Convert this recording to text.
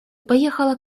поехала